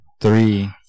three